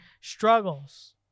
struggles